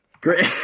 Great